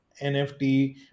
NFT